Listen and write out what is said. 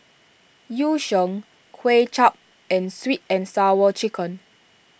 Yu Sheng Kuay Chap and Sweet and Sour Chicken